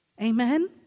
amen